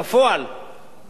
תושבי דרום תל-אביב